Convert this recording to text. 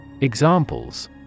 Examples